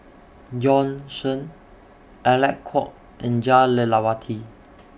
Bjorn Shen Alec Kuok and Jah Lelawati